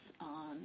on